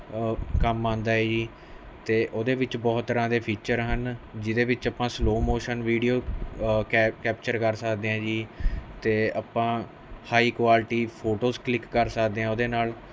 ਕੰਮ ਆਉਂਦਾ ਏ ਜੀ ਅਤੇ ਉਹਦੇ ਵਿੱਚ ਬਹੁਤ ਤਰ੍ਹਾਂ ਦੇ ਫੀਚਰ ਹਨ ਜਿਹਦੇ ਵਿੱਚ ਆਪਾਂ slow motion video cap capture ਕਰ ਸਕਦੇ ਹਾਂ ਜੀ ਅਤੇ ਆਪਾਂ ਹਾਈ ਕੁਆਲਿਟੀ ਫੋਟੋਸ ਕਲਿੱਕ ਕਰ ਸਕਦੇ ਹਾਂ ਉਹਦੇ ਨਾਲ